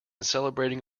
celebrating